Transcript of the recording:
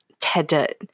tethered